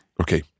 Okay